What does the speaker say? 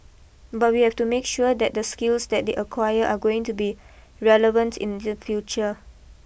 but we have to make sure that the skills that they acquire are going to be relevant in the future